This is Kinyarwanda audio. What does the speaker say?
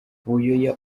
buyoya